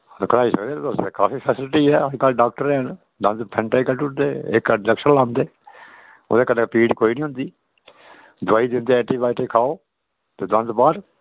हां ते कढ़ाई सकने तुस काफी फैसिलिटी ऐह् अज्जकल डाक्टर हैन दंद फैंट च कड्डुड़दे इक अद्द जेक्शन लांदे उदे कन्नै पीड़ कोई नि होंदी दवाई दिंदे एंटीबायोटिक खाओ ते दंद बाह्र